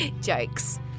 Jokes